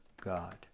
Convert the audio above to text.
God